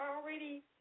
already